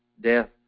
death